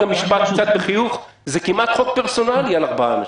אז משפט עם קצת חיוך: זה כמעט חוק פרסונלי לארבעה אנשים.